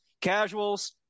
casuals